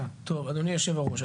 אדוני היושב-ראש,